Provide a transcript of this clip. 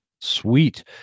Sweet